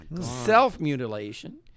Self-mutilation